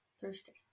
Thursday